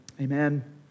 Amen